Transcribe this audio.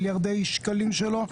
מיליארדי שקלים שלו,